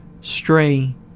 stray